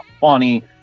funny